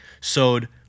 sowed